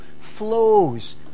flows